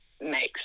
makes